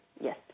yes